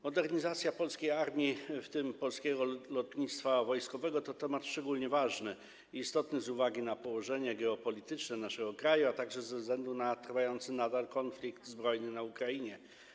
Modernizacja polskiej armii, w tym polskiego lotnictwa wojskowego, to temat szczególnie ważny i istotny z uwagi na położenie geopolityczne naszego kraju, a także ze względu na trwający nadal konflikt zbrojny na Ukrainie.